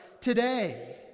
today